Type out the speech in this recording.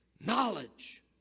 knowledge